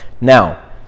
Now